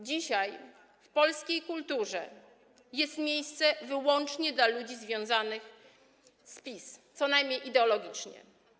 Dzisiaj w polskiej kulturze jest miejsce wyłącznie dla ludzi związanych z PiS co najmniej ideologicznie.